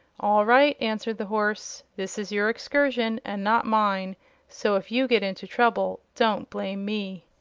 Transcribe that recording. all right, answered the horse this is your excursion, and not mine so if you get into trouble don't blame me.